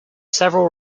several